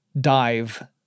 dive